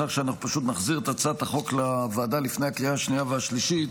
אנחנו פשוט נחזיר את הצעת החוק לוועדה לפני הקריאה השנייה והשלישית,